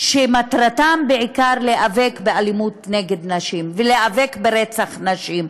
שמטרתם בעיקר להיאבק באלימות נגד נשים ולהיאבק ברצח נשים.